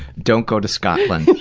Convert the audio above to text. don't go to scotland. yeah.